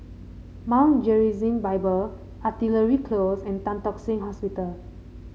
Mount Gerizim Bible Artillery Close and Tan Tock Seng Hospital